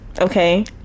okay